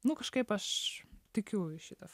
nu kažkaip aš tikiu į šitą